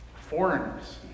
foreigners